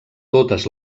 totes